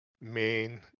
main